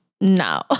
No